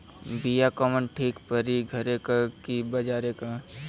बिया कवन ठीक परी घरे क की बजारे क?